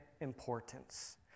importance